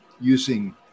using